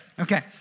Okay